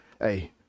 hey